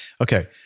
Okay